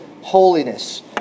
holiness